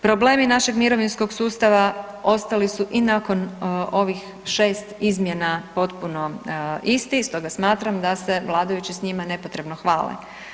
Problemi našeg mirovinskog sustava ostali su i nakon ovih 6 izmjena potpuno isti, stoga smatram da se vladajući s njime nepotrebno hvale.